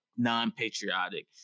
non-patriotic